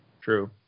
True